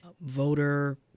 voter